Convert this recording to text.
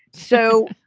so,